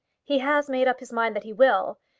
he has made up his mind that he will.